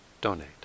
donate